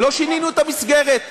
לא שינינו את המסגרת.